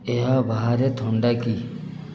ଏହା ବାହାରେ ଥଣ୍ଡା କି